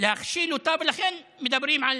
להכשיל אותה, ולכן מדברים על